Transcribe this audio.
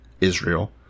Israel